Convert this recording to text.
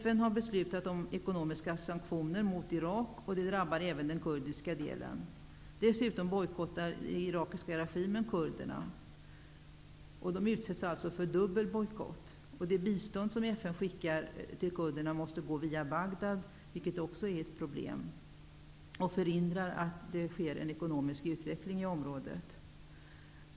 FN har beslutat om ekonomiska sank tioner mot Irak, och det drabbar även den kur diska delen. Dessutom bojkottar den irakiska re gimen kurderna. De utsätts alltså för en dubbel bojkott. Det bistånd som FN skickar till kurderna måste gå via Bagdad, något som också är ett pro blem och förhindrar en ekonomisk utveckling i området.